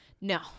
No